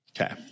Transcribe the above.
Okay